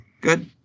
Good